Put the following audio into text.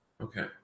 Okay